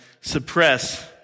suppress